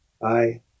Bye